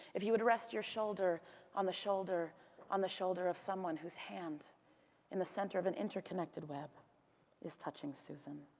if you would rest your shoulder on the shoulder on the shoulder of someone whose hand in the center of an interconnected web is touching susan.